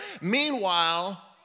Meanwhile